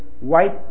white